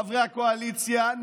חברי הקואליציה,